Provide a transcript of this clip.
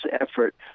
effort